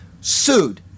sued